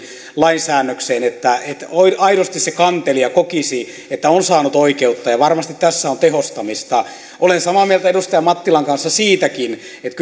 lain säännökseen että että aidosti se kantelija kokisi että on saanut oikeutta ja ja varmasti tässä on tehostamista olen samaa mieltä edustaja mattilan kanssa siitäkin että